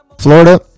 Florida